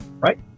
Right